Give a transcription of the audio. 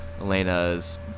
Elena's